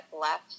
left